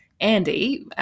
Andy